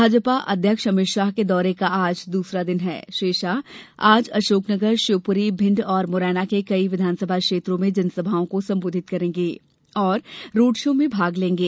भाजपा अध्यक्ष अमित शाह के दौरे का आज दूसरा दिन है श्री शाह आज अशोकनगर शिवपुरी भिंड और मुरैना के कई विधानसभा क्षेत्रों में जनसभाओं को संबोधित करेंगे और रोड शो में भाग लेंगे